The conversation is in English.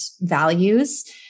values